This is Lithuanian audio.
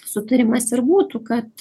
sutarimas ir būtų kad